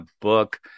book